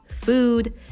food